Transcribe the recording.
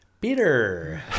Peter